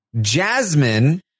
Jasmine